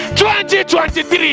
2023